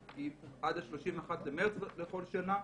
3 בכל שנה.